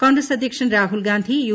കോൺഗ്രസ് അധ്യക്ഷൻ രാഹുൽ ഗാന്ധി യു